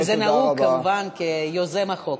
וזה נהוג, כמובן, כיוזם החוק.